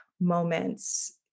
moments